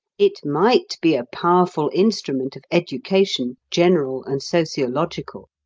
it might be a powerful instrument of education, general and sociological,